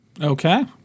Okay